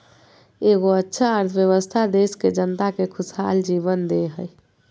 एगो अच्छा अर्थव्यवस्था देश के जनता के खुशहाल जीवन दे हइ